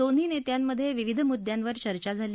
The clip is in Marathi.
दोन्ही नेत्यांमधे विविध मुद्यांवर चर्चा झाली